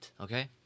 Okay